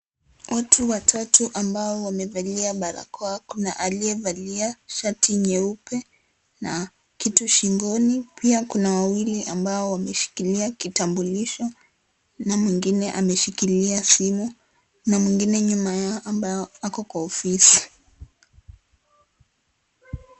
Watu watatu ambao wamevalia barakoa, kuna aliye valia shati nyeupe na kitu shingoni pia kuna wawili ambao wameshikilia kitambulisho na mwingine ameshikilia simu na mwingine nyuma yao ambaye ako kwa ofisi.